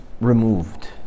removed